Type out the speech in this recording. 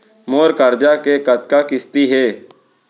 मोर करजा के कतका किस्ती हे?